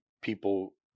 people